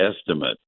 estimate